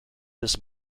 this